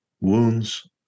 wounds